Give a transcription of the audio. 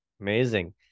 Amazing